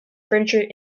furniture